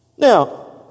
Now